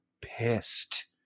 pissed